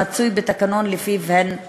והוא מצוי בתקנון שלפיו הן פועלות.